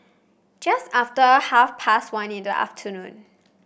just after half past one in the afternoon